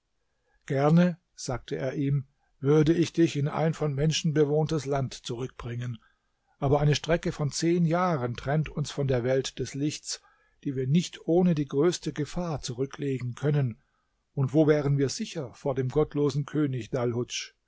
gerne sagte er ihm würde ich dich in ein von menschen bewohntes land zurückbringen aber eine strecke von zehn jahren trennt uns von der welt des lichts die wir nicht ohne die größte gefahr zurücklegen können und wo wären wir sicher vor dem gottlosen könig